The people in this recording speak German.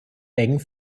eng